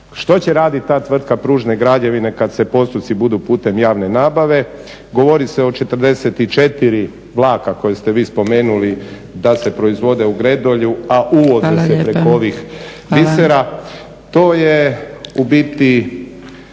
Što će raditi ta tvrtka pružne građevine kad se postupci budu putem javne nabave? Govori se o 44 vlaka koji ste vi spomenuli da se proizvode u Gredelju, a uvozi se preko ovih bisera. To je ubiti